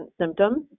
symptoms